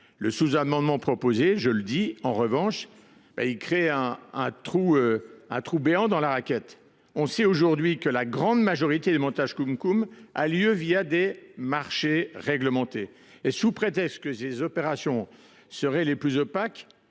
du sous amendement créerait un trou béant dans la raquette. On sait aujourd’hui que la grande majorité des montages CumCum ont lieu des marchés réglementés. Et sous prétexte que ces opérations seraient les plus opaques,